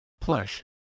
plush